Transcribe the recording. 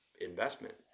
investment